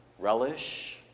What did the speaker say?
Relish